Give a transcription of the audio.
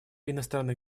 иностранных